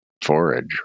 forage